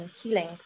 healing